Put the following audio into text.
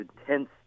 intense